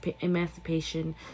emancipation